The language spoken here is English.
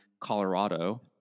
Colorado